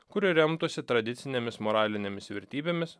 kuri remtųsi tradicinėmis moralinėmis vertybėmis